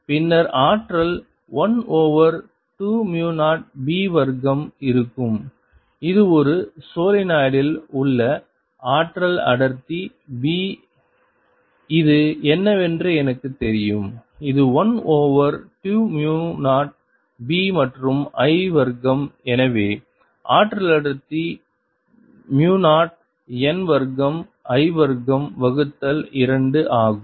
பின்னர் ஆற்றல் 1 ஓவர் 2 மு 0 b வர்க்கம் இருக்கும் இது ஒரு சோலெனாய்டில் உள்ள ஆற்றல் அடர்த்தி b இது என்னவென்று எனக்குத் தெரியும் இது 1 ஓவர் 2 மு 0 b மற்றும் I வர்க்கம் எனவே ஆற்றல் அடர்த்தி மு 0 n வர்க்கம் I வர்க்கம் வகுத்தல் 2 ஆகும்